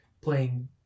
playing